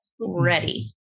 ready